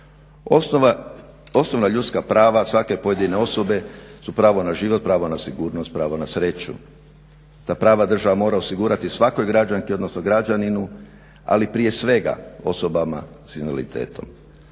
Osnovna ljudska prava svake pojedine osobe su pravo na život, pravo na sigurnost, pravo na sreću. Ta prava država mora osigurati svakoj građanki odnosno građaninu ali prije svega osobama s invaliditetom.